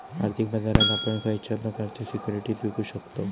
आर्थिक बाजारात आपण खयच्या प्रकारचे सिक्युरिटीज विकु शकतव?